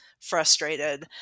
frustrated